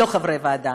לא חברי ועדה.